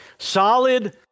Solid